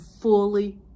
fully